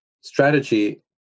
strategy